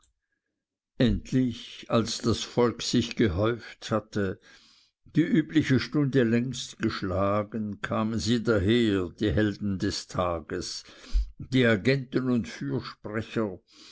endlich als das volk sich gehäuft hatte die übliche stunde längst geschlagen kamen sie daher die helden des tages die agenten und fürsprecher